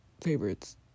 favorites